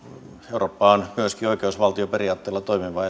eurooppa on myöskin oikeusvaltioperiaatteella toimiva